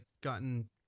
gotten